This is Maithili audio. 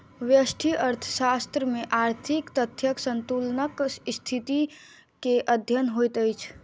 व्यष्टि अर्थशास्त्र में आर्थिक तथ्यक संतुलनक स्थिति के अध्ययन होइत अछि